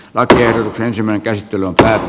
vartian ryhmän käsittelyltä